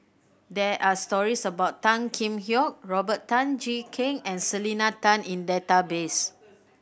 there are stories about Tan Kheam Hock Robert Tan Jee Keng and Selena Tan in database